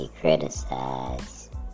criticized